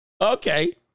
Okay